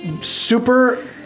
super